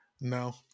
No